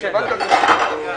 בסדר,